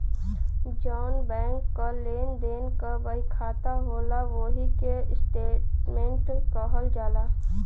जौन बैंक क लेन देन क बहिखाता होला ओही के स्टेट्मेंट कहल जाला